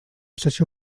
sessió